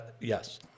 Yes